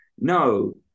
No